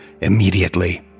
immediately